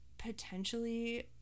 Potentially